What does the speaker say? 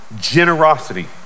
generosity